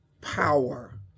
power